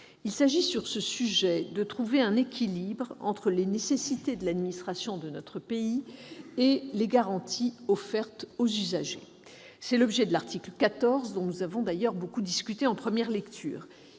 Il s'agit de trouver un équilibre entre les nécessités de l'administration de notre pays et les garanties offertes aux usagers. C'est l'objet de l'article 14, dont nous avons d'ailleurs beaucoup discuté en première lecture.